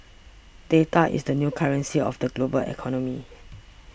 data is the new currency of the global economy